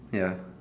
ya